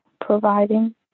providing